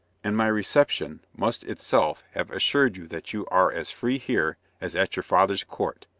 and my reception must itself have assured you that you are as free here as at your father's court.